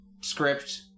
script